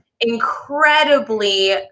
incredibly